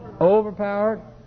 Overpowered